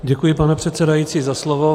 Děkuji, pane předsedající, za slovo.